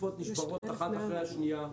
התרופות נשברות אחת אחרי השנייה.